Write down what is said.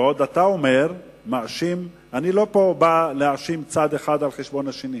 ועוד אתה אומר "מאשים"; אני לא בא להאשים צד אחד על חשבון השני.